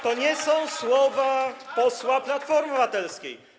To nie są słowa posła Platformy Obywatelskiej.